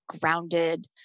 grounded